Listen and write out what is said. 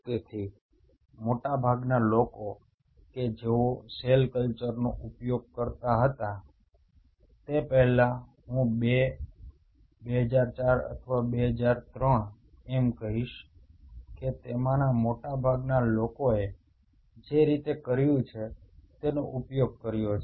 તેથી મોટાભાગના લોકો કે જેઓ સેલ કલ્ચરનો ઉપયોગ કરતા હતા તે પહેલા હું બે 2004 અથવા 2003 એમ કહીશ કે તેમાંના મોટાભાગના લોકોએ જે રીતે કર્યું છે તેનો ઉપયોગ કર્યો છે